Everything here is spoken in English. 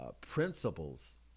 principles